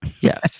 Yes